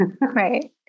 right